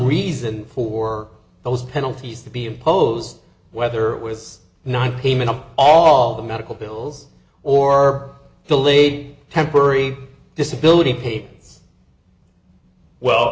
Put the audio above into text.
reason for those penalties to be imposed whether it was not payment of all the medical bills or delayed temporary disability pay well